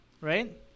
right